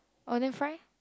oh then fry